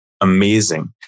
amazing